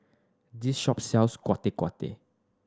this shop sells